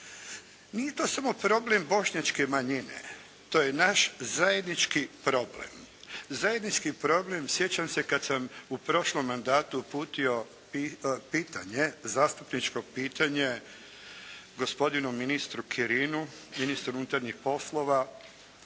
Nije to sam problem bošnjačke manjine. To je naš zajednički problem. Zajednički problem, sjećam se kad sam u prošlom mandatu uputio pitanje, zastupničko pitanje gospodinu ministru Kirinu, ministru unutarnjih poslova